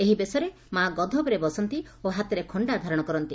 ଏହି ବେଶରେ ମା ଗଧ ଉପରେ ବସନ୍ତି ଓ ହାତରେ ଖଣ୍ତା ଧାରଣ କରନ୍ତି